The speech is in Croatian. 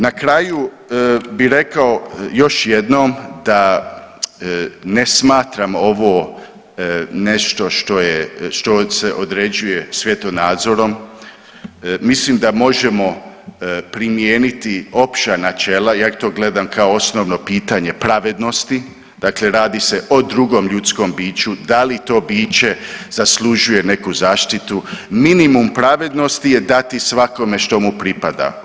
Na kraju bih rekao još jednom da ne smatram ovo nešto što je, što se određuje svjetonazorom, mislim da možemo primijeniti opća načela, ja ih to gledam kao osnovno pitanje pravednosti, dakle radi se o drugom ljudskom biću, da li to biće zaslužuje neku zaštitu, minimum pravednosti je dati svakome što mu pripada.